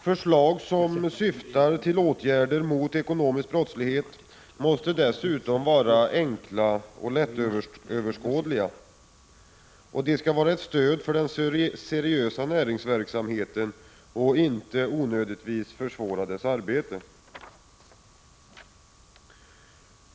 Förslag som syftar till åtgärder mot ekonomisk brottslighet måste dessutom vara enkla och lättöverskådliga. De skall vara ett stöd för den seriösa näringsverksamheten och inte onödigtvis försvåra dess arbete.